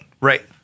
right